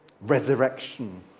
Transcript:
Resurrection